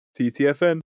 TTFN